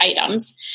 items